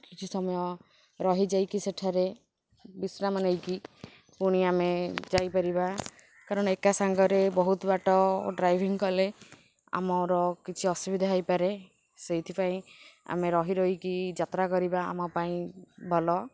କିଛି ସମୟ ରହିଯାଇକି ସେଠାରେ ବିଶ୍ରାମ ନେଇକି ପୁଣି ଆମେ ଯାଇପାରିବା କାରଣ ଏକା ସାଙ୍ଗରେ ବହୁତ ବାଟ ଡ୍ରାଇଭିଂ କଲେ ଆମର କିଛି ଅସୁବିଧା ହୋଇପାରେ ସେଥିପାଇଁ ଆମେ ରହି ରହିକି ଯାତ୍ରା କରିବା ଆମ ପାଇଁ ଭଲ